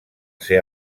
ser